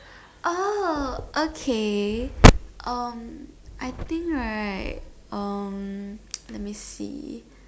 oh okay um I think right um let me see